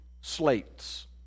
slates